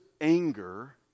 anger